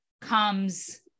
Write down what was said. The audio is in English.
comes